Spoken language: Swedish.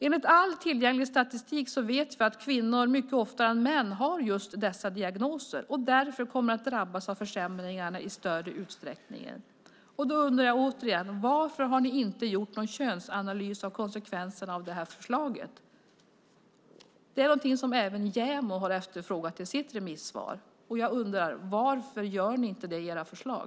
Enligt all tillgänglig statistik vet vi att kvinnor mycket oftare än män har just dessa diagnoser och därför kommer att drabbas av försämringarna i större utsträckning. Då undrar jag åter: Varför har ni inte gjort någon könsanalys av konsekvenserna av det här förslaget? Det är något som även JämO har efterfrågat i sitt remissvar. Jag undrar: Varför gör ni inte det i era förslag?